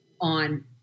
on